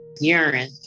urine